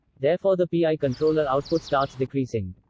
therefore the pi controller output starts decreasing.